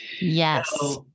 Yes